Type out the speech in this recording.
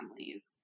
families